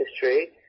history